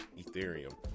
Ethereum